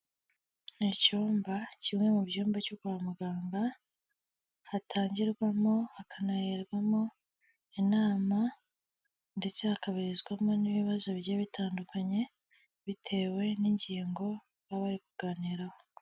Ni icyumba kimwe mu byumba byo kwa muganga hatangirwamo hakanakirwamo inama ndetse hakabarizwamo n'ibibazo bigiye bitandukanye bitewe n'ingingo baba bari kuganiraho.